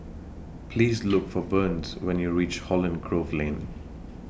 Please Look For Burns when YOU REACH Holland Grove Lane